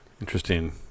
Interesting